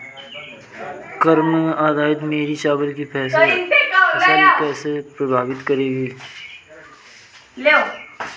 कम आर्द्रता मेरी चावल की फसल को कैसे प्रभावित करेगी?